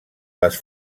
les